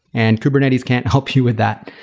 and kubernetes can't help you with that.